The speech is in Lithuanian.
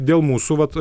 dėl mūsų vat